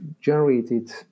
generated